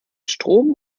strom